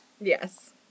Yes